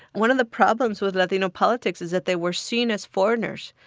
one of the problems with latino politics is that they were seen as foreigners,